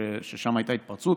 ששם הייתה התפרצות.